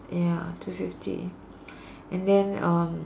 ya two fifty and then um